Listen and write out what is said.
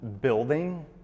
building